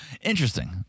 Interesting